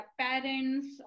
parents